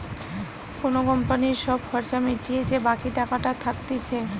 কোন কোম্পানির সব খরচা মিটিয়ে যে বাকি টাকাটা থাকতিছে